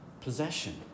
possession